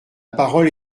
parole